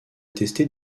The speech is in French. tester